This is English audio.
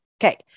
Okay